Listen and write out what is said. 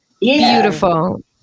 beautiful